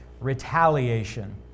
retaliation